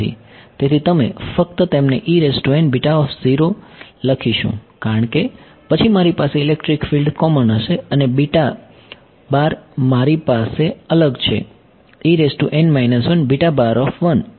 તેથી અમે ફક્ત તેમને લખીશું કારણ કે પછી મારી પાસે ઇલેક્ટ્રિક ફિલ્ડ કોમન હશે અને બીટા બાર મારી પાસે અલગ છે અને પછી